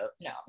no